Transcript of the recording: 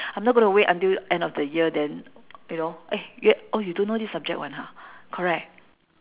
I'm not gonna wait until end of the year then you know eh y~ oh you don't know this subject [one] ha correct